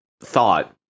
thought